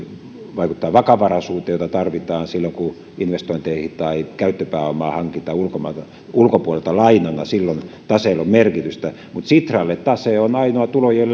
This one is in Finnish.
vaikuttaa vakavaraisuuteen jota tarvitaan silloin kun investointeja tai käyttöpääomaa hankitaan ulkopuolelta ulkopuolelta lainana silloin taseella on merkitystä mutta sitralle tase on ainoa tulojen